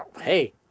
hey